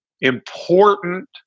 important